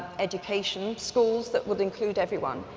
education, schools that would include everyone.